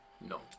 no